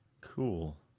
Cool